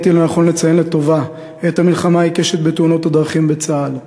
ראיתי לנכון לציין לטובה את המלחמה העיקשת בתאונות הדרכים בצה"ל.